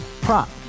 Prop